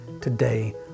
today